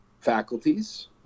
faculties